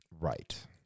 Right